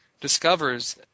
discovers